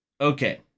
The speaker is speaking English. okay